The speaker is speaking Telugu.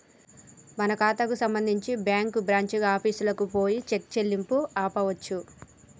మన ఖాతాకు సంబంధించి బ్యాంకు బ్రాంచి ఆఫీసుకు పోయి చెక్ చెల్లింపును ఆపవచ్చు